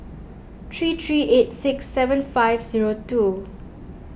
three three eight six seven five zero two